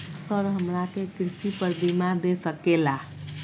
Sir हमरा के कृषि पर बीमा दे सके ला?